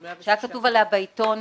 שהיה כתוב עליה בעיתון,